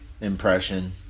impression